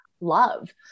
love